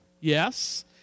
Yes